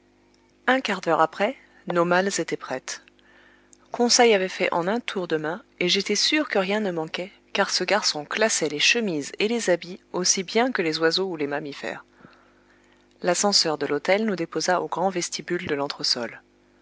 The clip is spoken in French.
un quart d'heure après nos malles étaient prêtes conseil avait fait en un tour de main et j'étais sûr que rien ne manquait car ce garçon classait les chemises et les habits aussi bien que les oiseaux ou les mammifères l'ascenseur de l'hôtel nous déposa au grand vestibule de l'entresol